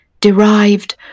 derived